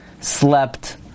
slept